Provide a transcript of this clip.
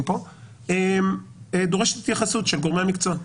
פה דורשת התייחסות של גורמי המקצוע.